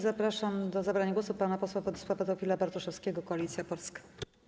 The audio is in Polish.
Zapraszam do zabrania głosu pana posła Władysława Teofila Bartoszewskiego, Koalicja Polska.